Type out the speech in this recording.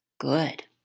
Good